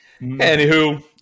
Anywho